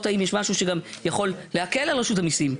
האם יש משהו שגם יכול להקל על רשות המיסים,